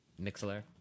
Mixler